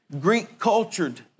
Greek-cultured